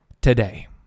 today